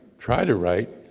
try to write,